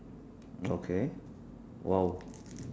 okay !wow!